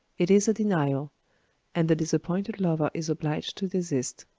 it is a denial and the disappointed lover is obliged to desist.